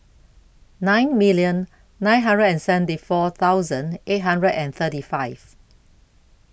nine million nine hundred and seventy four thousand eight hundred and thirty five